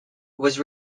was